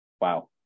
Wow